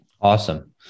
Awesome